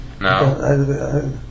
No